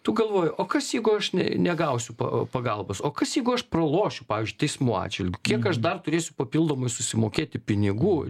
tu galvoji o kas jeigu aš ne negausiu pa pagalbos o kas jeigu aš pralošiu pavyzdžiui teismų atžvilgiu kiek aš dar turėsiu papildomai susimokėti pinigų